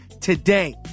today